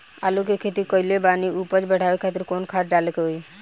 आलू के खेती कइले बानी उपज बढ़ावे खातिर कवन खाद डाले के होई?